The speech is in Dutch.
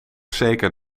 zeker